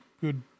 good